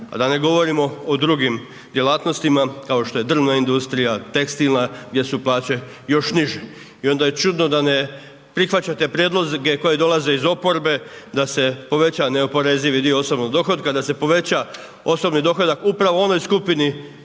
A da ne govorimo o drugim djelatnostima, kao što je drvna industrija, tekstilna, gdje su plaće još niže. I onda je čudno da ne prihvaćate prijedloge koje dolaze iz oporbe da se poveća neoporezivi dio osobnog dohotka, da se poveća osobni dohodak, upravo u onoj skupini